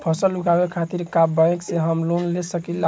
फसल उगावे खतिर का बैंक से हम लोन ले सकीला?